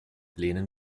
lehnen